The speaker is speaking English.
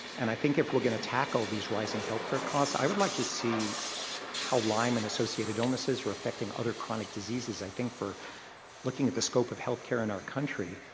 and i think if we're going to tackle these rising healthcare costs i would like to see how lyme and associated illnesses are affecting other chronic diseases. i think for looking at the scope of healthcare in our country,